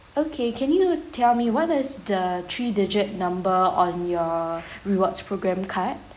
okay can you tell me what is the three digit number on your rewards program card